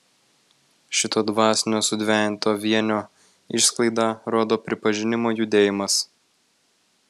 šito dvasinio sudvejinto vienio išsklaidą rodo pripažinimo judėjimas